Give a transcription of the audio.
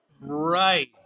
Right